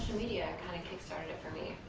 media kinda kick started it for me.